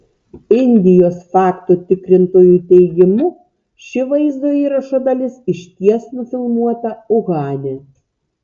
indijos faktų tikrintojų teigimu ši vaizdo įrašo dalis išties nufilmuota uhane